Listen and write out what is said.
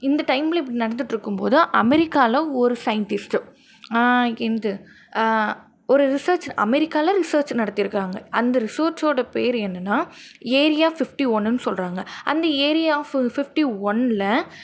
இந்த டைம்ல இப்படி நடந்துகிட்டு இருக்கும்போது அமெரிக்காவில ஒரு சையிண்ட்டிஸ்ட்டு இது ஒரு ரிசர்ச் அமெரிக்காவில ரிசர்ச் நடத்திருக்காங்க அந்த ரிசர்ச்சோட பேர் என்னென்னா ஏரியா ஃபிஃப்ட்டி ஒன்றுன்னு சொல்கிறாங்க அந்த ஏரியா ஃபிஃப் ஃபிஃப்ட்டி ஒன்ல